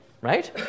right